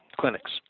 clinics